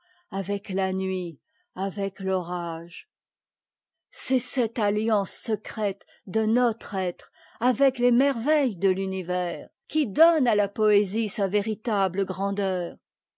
avec la nuit avec l'orage c'est cette alliance secrète de notre être avec les merveilles de l'univers qui donne à la poésie sa véritable grandeur